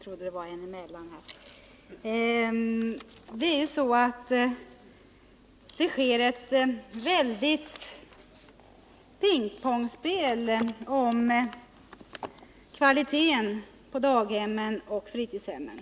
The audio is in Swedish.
Herr talman! Det pågår ett väldigt pingpongspel med kvaliteten på daghemmen och fritidshemmen.